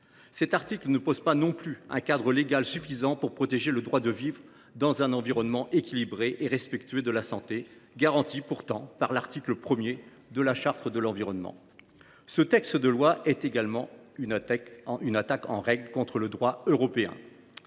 en discussion ne définit aucun cadre légal suffisant pour protéger le droit de vivre dans un environnement équilibré et respectueux de la santé, pourtant garanti par l’article 1 de la Charte de l’environnement. Cette proposition de loi est également une attaque en règle contre le droit européen.